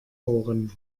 ohren